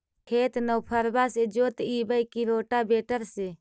खेत नौफरबा से जोतइबै की रोटावेटर से?